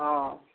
অঁ